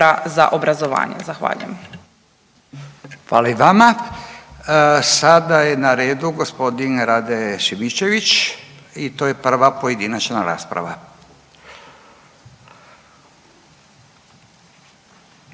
Furio (Nezavisni)** Hvala i vama. Sada je na redu g. Rade Šimičević i to je prva pojedinačna rasprava.